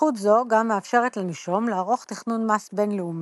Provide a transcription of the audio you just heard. זכות זו גם מאפשרת לנישום לערוך תכנון מס בין-לאומי,